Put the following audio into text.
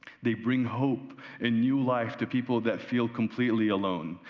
they bring hope and new life to people that feel completely alone.